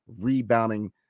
rebounding